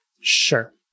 Sure